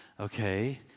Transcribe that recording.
okay